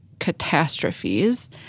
catastrophes